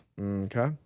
Okay